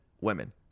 women